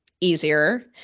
easier